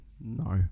no